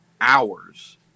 hours